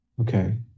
Okay